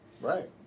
right